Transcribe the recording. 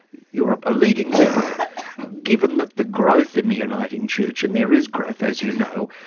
you're a ah leading liberal given that the growth in the uniting church and there is growth as you know,